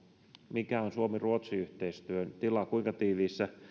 mikä on suomi ruotsi yhteistyön tila kuinka tiiviissä